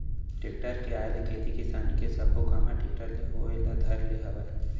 tractor के आए ले खेती किसानी के सबो काम ह टेक्टरे ले होय ल धर ले हवय